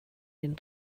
den